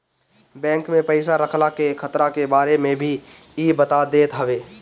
bank में पईसा रखला के खतरा के बारे में भी इ बता देत हवे